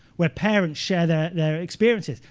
where parents share their their experiences.